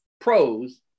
Pros